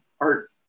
Art